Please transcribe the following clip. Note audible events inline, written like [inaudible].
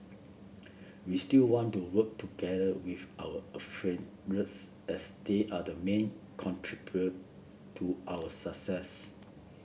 we still want to work together with our [unintelligible] as they are the main contribute to our success